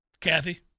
Kathy